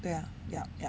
对呀呀